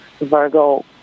Virgo